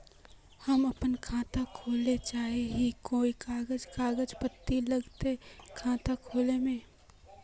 हम अपन खाता खोले चाहे ही कोन कागज कागज पत्तार लगते खाता खोले में?